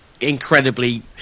incredibly